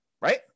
right